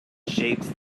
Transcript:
shapes